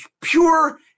pure